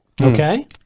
Okay